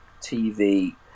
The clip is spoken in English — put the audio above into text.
TV